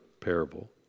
parable